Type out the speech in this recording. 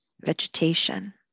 vegetation